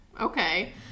Okay